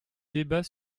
débats